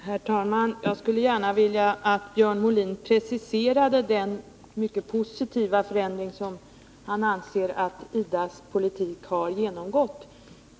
Herr talman! Jag skulle gärna vilja att Björn Molin preciserade den mycket positiva förändring som han anser att IDA:s politik har genomgått.